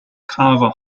carver